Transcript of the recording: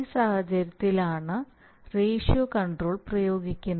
ഈ സാഹചര്യത്തിലാണ് ratio control പ്രയോഗിക്കുന്നത്